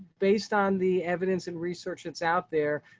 based on the evidence and research that's out there.